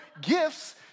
gifts